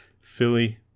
Philly